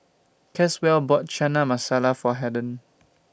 Caswell bought Chana Masala For Harden